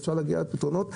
אפשר להגיע לפתרונות.